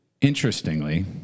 Interestingly